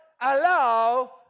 allow